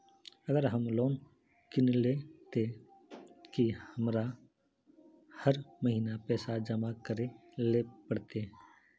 अगर हम लोन किनले ते की हमरा हर महीना पैसा जमा करे ले पड़ते?